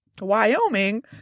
Wyoming